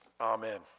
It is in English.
Amen